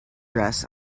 dress